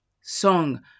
song